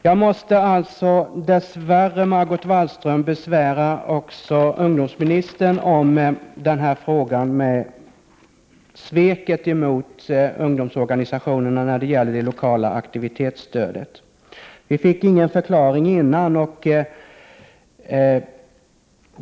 Jag måste dess värre, Margot Wallström, besvära också ungdomsministern med frågan om sveket mot ungdomsorganisationerna när det gäller det lokala aktivitetsstödet. Vi fick ingen förklaring tidigare.